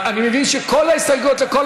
אני מבין שכל ההסתייגויות על כל